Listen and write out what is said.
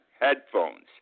headphones